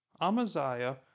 Amaziah